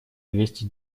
двести